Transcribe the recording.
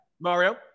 mario